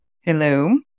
Hello